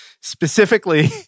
Specifically